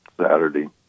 Saturday